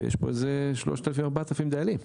ויש פה 3,000-4,000 דיילים.